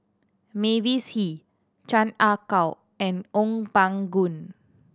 Mavis Hee Chan Ah Kow and Ong Pang Goon